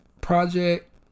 project